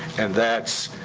and that's